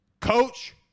Coach